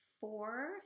four